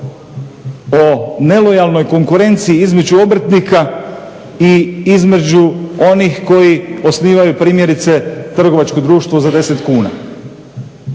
o nelojalnoj konkurenciji između obrtnika i između onih koji osnivaju primjerice trgovačko društvo za 10 kuna.